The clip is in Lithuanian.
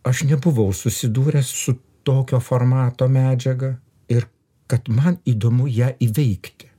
aš nebuvau susidūręs su tokio formato medžiaga ir kad man įdomu ją įveikti